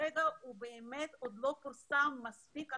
שכרגע הוא עוד לא פורסם מספיק.